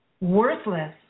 worthless